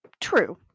True